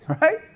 right